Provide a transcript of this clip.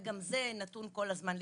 וגם זה נתון כל הזמן לשינויים.